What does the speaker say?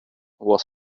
was